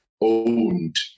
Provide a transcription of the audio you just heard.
owned